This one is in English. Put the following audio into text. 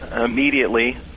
immediately